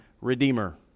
redeemer